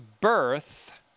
birth